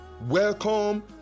Welcome